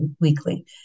weekly